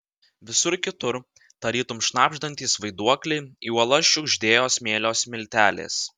visur kitur tarytum šnabždantys vaiduokliai į uolas šiugždėjo smėlio smiltelės